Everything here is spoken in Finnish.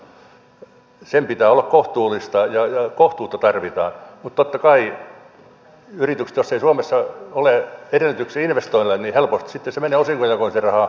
tämän osingonjakopolitiikan pitää olla kohtuullista ja kohtuutta tarvitaan mutta totta kai yrityksiltä jos ei suomessa ole edellytyksiä investoinneille helposti sitten se raha menee osingonjakoon